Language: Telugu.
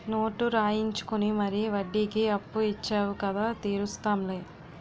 నోటు రాయించుకుని మరీ వడ్డీకి అప్పు ఇచ్చేవు కదా తీరుస్తాం లే